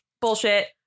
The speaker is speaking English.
bullshit